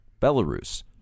Belarus